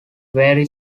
very